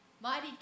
Mighty